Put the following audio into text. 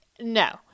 No